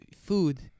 food